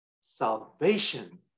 Salvation